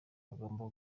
atagomba